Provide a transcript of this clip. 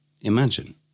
imagine